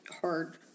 hard